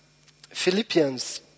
Philippians